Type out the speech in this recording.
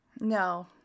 no